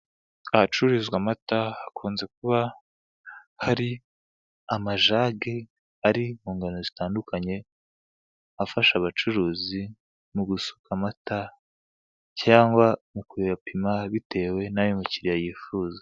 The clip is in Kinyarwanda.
Ahacururizwa amata hakunze kuba hari amajage ari mu ngano zitandukanye afasha abacuruzi mu gusuka amata cyangwa mu kuyapima bitewe n'ayo umukiriya yifuza.